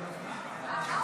דבי,